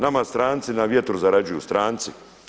Nama stranci na vjetru zarađuju, stranci.